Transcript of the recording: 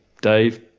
Dave